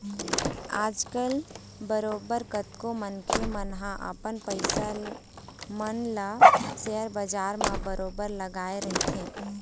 आजकल बरोबर कतको मनखे मन ह अपन पइसा मन ल सेयर बजार म बरोबर लगाए रहिथे